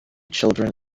children